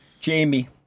Jamie